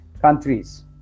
countries